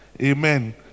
amen